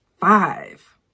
five